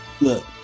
look